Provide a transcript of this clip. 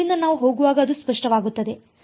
ಆದ್ದರಿಂದ ನಾವು ಹೋಗುವಾಗ ಅದು ಸ್ಪಷ್ಟವಾಗುತ್ತದೆ